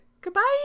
Goodbye